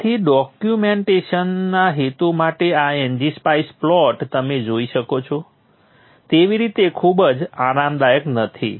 તેથી ડોક્યૂમેંટેશનના હેતુઓ માટે આ ng સ્પાઇસ પ્લોટ તમે જોઈ શકો છો તેવી રીતે ખૂબ આરામદાયક નથી